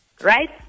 right